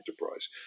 enterprise